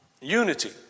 Unity